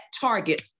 target